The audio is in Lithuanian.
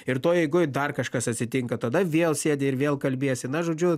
ir toj eigoj dar kažkas atsitinka tada vėl sėdi ir vėl kalbiesi na žodžiu